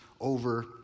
over